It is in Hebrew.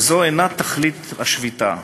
וזו אינה תכלית השביתה.